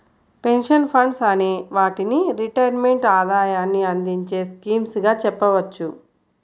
pension funds అనే వాటిని retirement ఆదాయాన్ని అందించే స్కీమ్స్ గా చెప్పవచ్చు